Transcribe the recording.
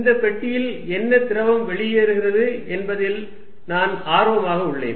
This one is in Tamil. இந்த பெட்டியில் என்ன திரவம் வெளியேறுகிறது என்பதில் நான் ஆர்வமாக உள்ளேன்